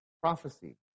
prophecy